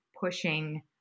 pushing